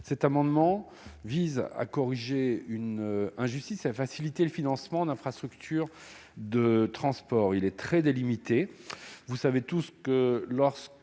Cet amendement vise à corriger une injustice et à faciliter le financement d'infrastructures de transport, qui est très délimité. Lorsqu'une gare